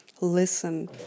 listen